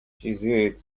jesuit